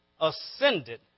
Ascended